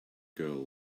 girl